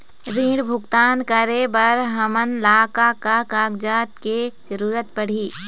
ऋण भुगतान करे बर हमन ला का का कागजात के जरूरत पड़ही?